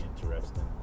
interesting